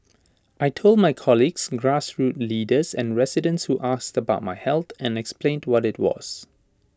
I Told my colleagues grassroots leaders and residents who asked about my health and explained what IT was